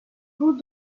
vous